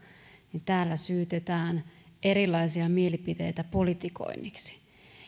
niin täällä syytetään erilaisia mielipiteitä politikoinniksi